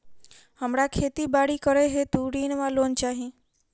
हमरा खेती बाड़ी करै हेतु ऋण वा लोन चाहि?